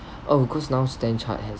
of course now Standard Chartered has